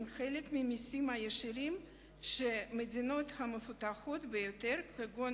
חלק מהמסים הישירים שהמדינות המפותחות ביותר כגון